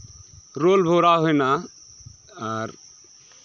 roll ᱵᱷᱚᱨᱟᱣ ᱦᱮᱱᱟᱜᱼᱟ ᱟᱨ